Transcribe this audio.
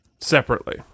separately